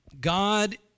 God